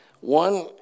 one